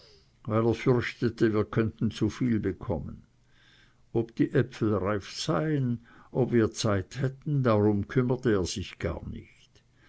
weil er fürchtete wir könnten zuviel bekommen ob die äpfel reif seien ob wir zeit hätten darum kümmerte er sich gar nicht